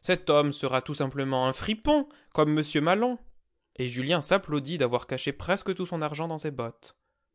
cet homme sera tout simplement un fripon comme m maslon et julien s'applaudit d'avoir caché presque tout son argent dans ses bottes